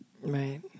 Right